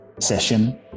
session